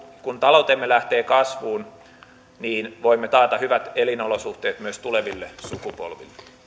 kun taloutemme lähtee kasvuun niin voimme taata hyvät elinolosuhteet myös tuleville sukupolville